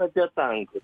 apie tankus